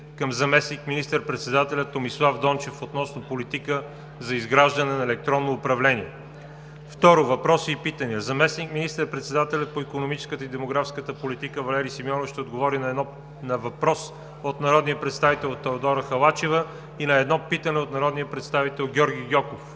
към заместник министър-председателя Томислав Дончев относно политика за изграждане на електронно управление. 2. Въпроси и питания: - заместник министър-председателят по икономическата и демографската политика Валери Симеонов ще отговори на въпрос от народния представител Теодора Халачева и на едно питане от народния представител Георги Гьоков;